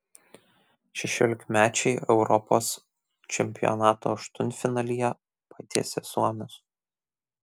šešiolikmečiai europos čempionato aštuntfinalyje patiesė suomius